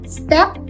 step